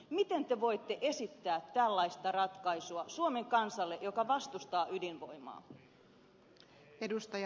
miten te voitte esittää tällaista ratkaisua suomen kansalle joka vastustaa ydinvoimaa